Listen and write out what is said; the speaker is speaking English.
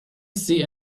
see